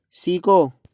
सीखो